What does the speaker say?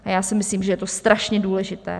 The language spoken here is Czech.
A já si myslím, že je to strašně důležité.